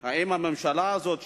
האם הממשלה הזאת,